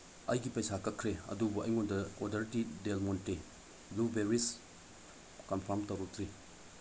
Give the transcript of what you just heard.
ꯑꯩꯒꯤ ꯄꯩꯁꯥ ꯀꯛꯈ꯭ꯔꯦ ꯑꯗꯨꯕꯨ ꯑꯩꯉꯣꯟꯗ ꯑꯣꯔꯗꯔꯗꯤ Del Monte blue berries confirm ꯇꯧꯔꯛꯇ꯭ꯔꯤ